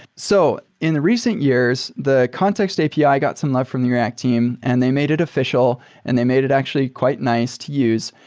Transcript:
so in the recent years, the context api got some love from the react team and they made it official and they made it actually quite nice to use.